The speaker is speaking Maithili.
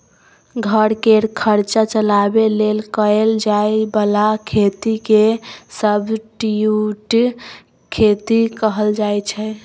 घर केर खर्चा चलाबे लेल कएल जाए बला खेती केँ सब्सटीट्युट खेती कहल जाइ छै